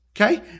Okay